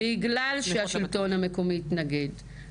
לא הצליחו בגלל שהשלטון המקומי התנגד.